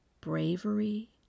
bravery